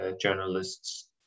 journalists